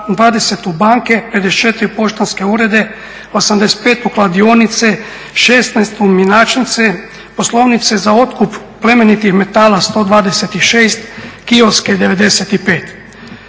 20 u banke, 54 u poštanske urede, 85 u kladionice, 16 u mjenjačnice, poslovnice za otkup plemenitih metala 126, kioske 95.